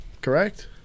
correct